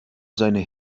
seine